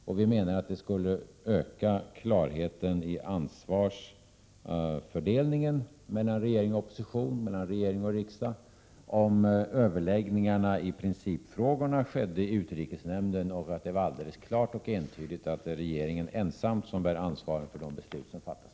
Det skulle öka klarheten i ansvarsfördelningen mellan regering och opposition samt mellan regering och riksdag om överläggningarna i principfrågorna skedde i utrikesnämnden och att det var alldeles klart och entydigt att det är regeringen ensam som bär ansvaret för de beslut som fattas.